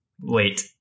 Wait